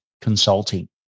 Consulting